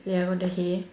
ya on the hay